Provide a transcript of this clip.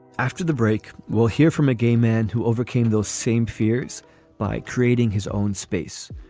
after the break, we'll hear from a gay man who overcame those same fears by creating his own space.